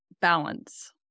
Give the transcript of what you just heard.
balance